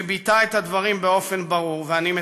שביטא את הדברים באופן ברור, ואני מצטט: